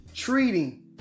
treating